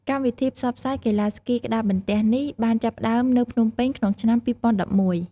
កម្មវិធីផ្សព្វផ្សាយកីឡាស្គីក្ដារបន្ទះនេះបានចាប់ផ្ដើមនៅភ្នំពេញក្នុងឆ្នាំ ២០១១។